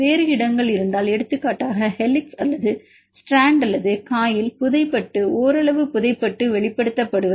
வேறு இடங்கள் இருந்தால் எடுத்துக்காட்டாக ஹெலிக்ஸ் அல்லது ஸ்ட்ராண்ட் அல்லது காயில் புதைபட்டு ஓரளவு புதைபட்டு வெளிப்படுத்தப்படுவது